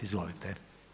Izvolite.